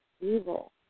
evil